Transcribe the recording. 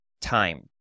time